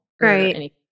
right